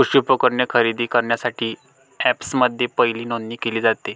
कृषी उपकरणे खरेदी करण्यासाठी अँपप्समध्ये पहिली नोंदणी केली जाते